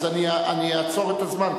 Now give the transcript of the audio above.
אז אני אעצור את הזמן,